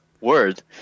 word